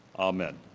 amen.